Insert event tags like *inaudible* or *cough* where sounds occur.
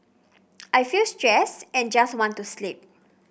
*noise* I feel stressed and just want to sleep